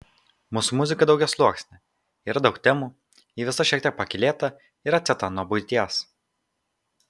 mūsų muzika daugiasluoksnė yra daug temų ji visa šiek tiek pakylėta ir atsieta nuo buities